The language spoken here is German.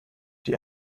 die